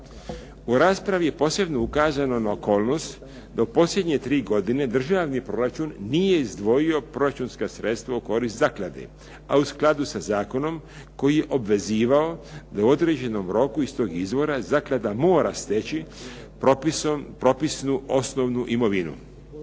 U raspravi je posebno ukazano na okolnost da u posljednje tri godine državni proračun nije izdvojio proračunska sredstva u korist zaklade, a u skladu sa zakonom koji je obvezivao da u određenom roku iz tog izvora zaklada mora steći propisnu osnovnu imovinu.